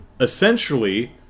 essentially